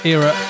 Era